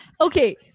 okay